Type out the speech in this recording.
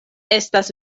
estas